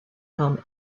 home